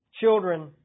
children